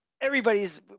everybody's